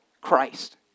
Christ